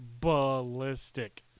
ballistic